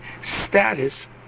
status